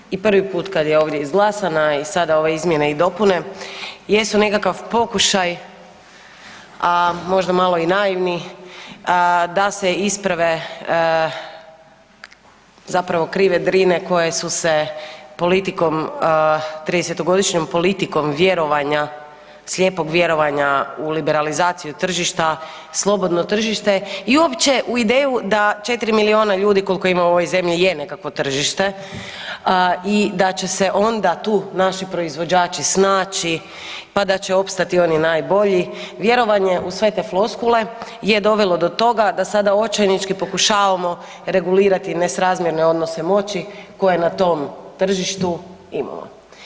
Ovaj zakon i prvi put kad je ovdje izglasan, a i sada ove izmjene i dopune jesu nekakav pokušaj, a možda malo i naivni da se isprave zapravo krive drine koje su se politikom, 30-godišnjom politikom vjerovanja, slijepog vjerovanja u liberalizaciju tržišta, slobodno tržište i uopće u ideju da 4 milijona ljudi kolko ima u ovoj zemlji je nekakvo tržište i da će se onda tu naši proizvođači snaći, pa da će opstati oni najbolji, vjerovanje u sve te floskule je dovelo do toga da sada očajnički pokušavamo regulirati nesrazmjerne odnose moći koje na tom tržištu imamo.